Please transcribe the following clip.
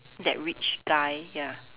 that rich guy ya